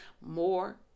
more